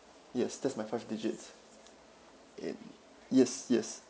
yes that's my five digits and yes yes